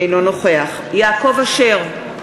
אינו נוכח יעקב אשר,